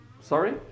sorry